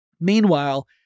Meanwhile